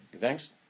Thanks